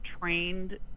trained